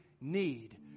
need